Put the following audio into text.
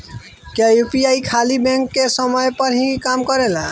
क्या यू.पी.आई खाली बैंक के समय पर ही काम करेला?